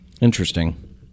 Interesting